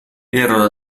erano